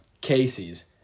Casey's